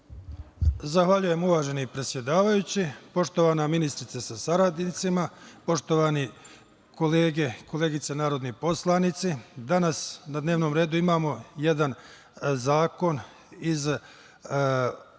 Zahvaljujem, uvaženi predsedavajući. Poštovana ministrice sa saradnicima, poštovane kolege i koleginice narodni poslanici, danas na dnevnom redu imamo jedan zakon iz one